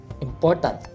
important